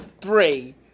three